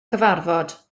cyfarfod